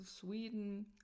Sweden